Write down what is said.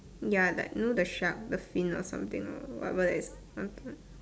ya like you know the shark the fin or something or whatever that is